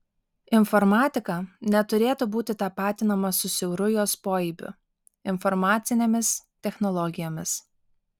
informatika neturėtų būti tapatinama su siauru jos poaibiu informacinėmis technologijomis